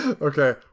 Okay